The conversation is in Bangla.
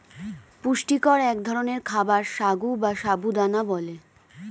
পুষ্টিকর এক ধরনের খাবার সাগু বা সাবু দানা বলে